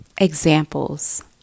examples